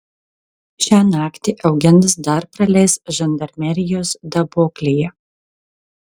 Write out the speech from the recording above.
šią naktį eugenas dar praleis žandarmerijos daboklėje